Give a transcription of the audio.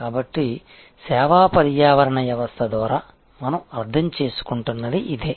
కాబట్టి సేవా పర్యావరణ వ్యవస్థ ద్వారా మనం అర్థం చేసుకుంటున్నది ఇదే